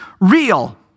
real